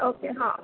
okay हां